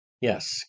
yes